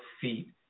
feet